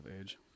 age